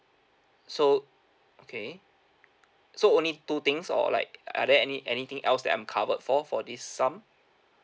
so okay so only two things or like are there any anything else that I'm covered for for this sum